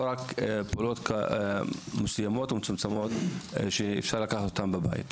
רק פעולות מסוימות ומצומצמות שאפשר לעשות בבית.